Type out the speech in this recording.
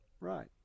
Right